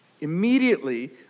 Immediately